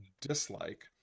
dislike